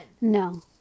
No